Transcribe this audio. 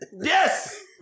Yes